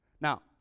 Now